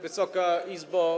Wysoka Izbo!